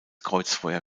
kreuzfeuer